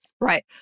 Right